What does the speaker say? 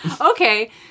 Okay